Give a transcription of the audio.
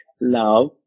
love